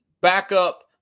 Backup